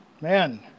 man